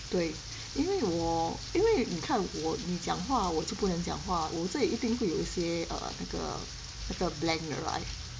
对因为我因为你看我你讲话我就不能讲话我这里一定会有一些 err 那个那个 blank 的 right